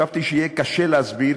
השבתי שיהיה קשה להסביר,